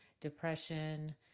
depression